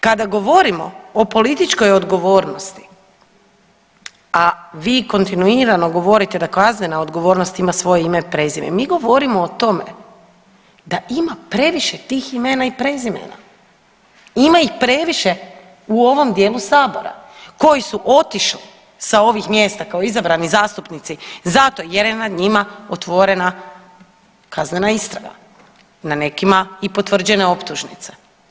Kada govorimo o političkoj odgovornosti, a vi kontinuirano govorite da kaznena odgovornost ima svoje ime i prezime, mi govorimo o tome da ima previše tih imena i prezimena, ima ih previše u ovom dijelu sabora koji su otišli sa ovih mjesta kao izabrani zastupnici zato jer je nad njima otvorena kaznena istraga, na nekima i potvrđene optužnice.